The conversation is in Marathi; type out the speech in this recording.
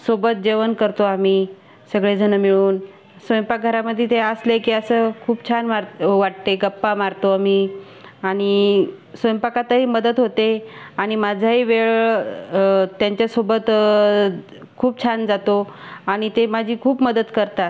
सोबत जेवण करतो आम्ही सगळेजणं मिळून स्वयंपाकघरामध्ये ते असले की असं खूप छान वाट वाटते गप्पा मारतो आम्ही आणि स्वयंपाकातही मदत होते आणि माझाही वेळ त्यांच्यासोबत खूप छान जातो आणि ते माझी खूप मदत करतात